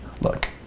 look